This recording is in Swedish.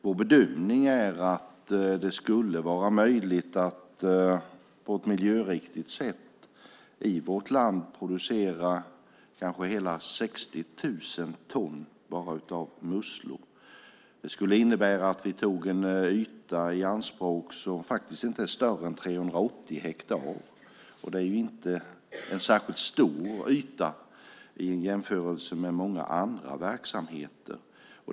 Vår bedömning är att det skulle vara möjligt att i vårt land på ett miljöriktigt sätt producera kanske hela 60 000 ton musslor. Det skulle innebära att vi tog i anspråk en yta som faktiskt inte är större än 380 hektar. Det är ju inte någon särskilt stor yta i jämförelse med många andra verksamheter.